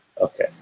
okay